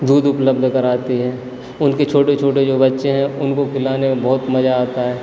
दूध उपलब्ध कराती है उनके छोटे छोटे जो बच्चे हैं उनको खिलाने में बहुत मज़ा आता है